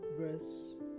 verse